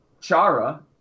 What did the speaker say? Chara